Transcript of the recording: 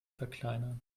verkleinern